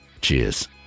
Cheers